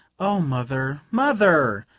oh, mother, mother!